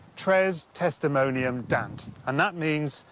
tres testimonium dant, and that means,